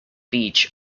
beach